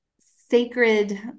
sacred